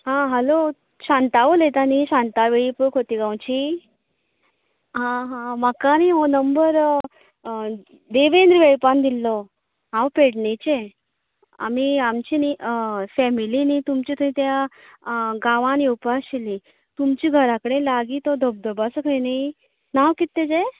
हां हालो शांता उलयता न्ही शांता वेळीप खोतीगांवची आं हां म्हाका न्ही हो नंबर देवेंद्र वेळीपान दिल्लो हांव पेडणेचें आमी आमची न्ही फेमीली न्ही तुमचे थंय त्या गांवान येवपा आशिल्लीं तुमचीं घरा कडेन लागीं तो धबधबो आसा पय न्ही नांव किते तेजें